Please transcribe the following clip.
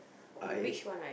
I